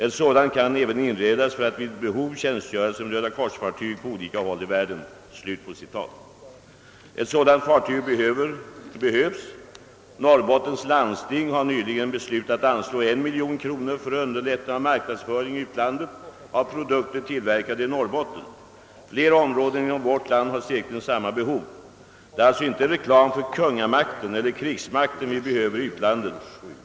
Ett sådant kan även inredas för att vid behov tjänstgöra som Röda-kors-fartyg på olika håll i världen.» Ett sådant fartyg behövs. Norrbottens landsting har nyligen beslutat anslå 1 miljon kronor för underlättandet av marknadsföring i utlandet av produkter tillverkade i Norrbotten. Flera områden inom vårt land har säkerligen samma behov. Det är alltså inte reklam för kungamakten eller krigsmakten vi behöver i utlandet.